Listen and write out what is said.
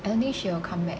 I don't think she'll come back